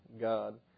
God